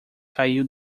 caiu